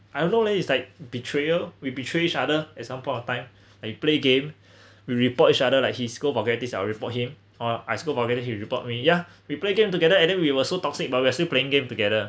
I don't know leh it's like betrayal we betray each other at some point of time I play game we report each other like he scold vulgarities I'll report him or I scold vulgarities he'll report me ya we play game together and then we were so toxic but we're still playing game together